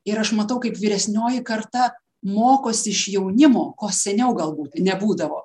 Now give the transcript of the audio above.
ir aš matau kaip vyresnioji karta mokos iš jaunimo ko seniau galbūt nebūdavo